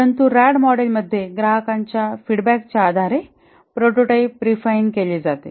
परंतु रॅड मॉडेलमध्ये ग्राहकांच्या फीडबॅकाच्या आधारे प्रोटोटाइप रिफाइन केले जाते